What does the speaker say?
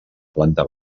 planta